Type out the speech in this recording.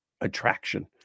attraction